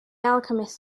alchemist